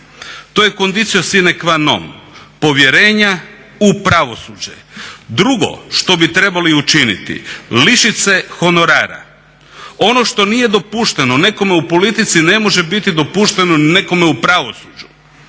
To je conditio sine qua non povjerenja u pravosuđe. Drugo što bi trebali učiniti lišit se honorara. Ono što nije dopušteno nekome u politici ne može biti dopušteno nekome u pravosuđu.